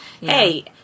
hey